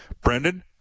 Brendan